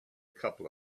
couple